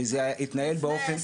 וזה התנהל באופן,